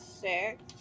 six